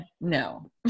No